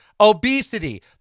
obesity